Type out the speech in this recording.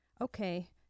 Okay